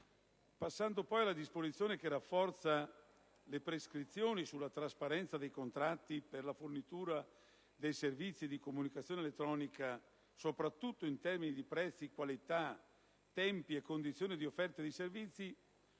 Passando poi alla disposizione che rafforza le prescrizioni sulla trasparenza dei contratti per la fornitura dei servizi di comunicazione elettronica, soprattutto in termini di prezzi, qualità, tempi e condizioni di offerta dei servizi,